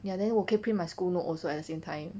ya then 可以 print 我 school note also at the same time